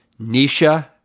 Nisha